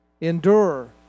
Endure